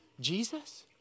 Jesus